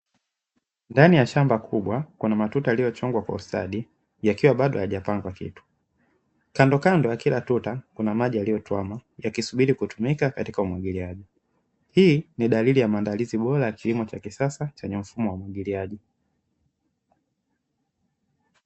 Ndani ya shamba kubwa kuna matuta yaliyo chongwa kwa ustadi, yakiwa bado hayajapandwa kitu kando kando ya kila tuta, kuna maji yaliyotuama yakisubiri kutumika kwa umwagiliaji hii ni dalili bora ya maandalizi ya kilimo cha kisasa cha umwagiliaji.